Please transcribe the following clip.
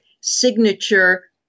signature